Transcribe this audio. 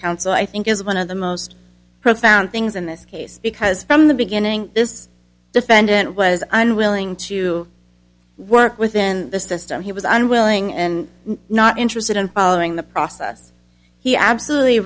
counsel i think is one of the most profound things in this case because from the beginning this defendant was unwilling to work within the system he was unwilling and not interested in following the process he absolutely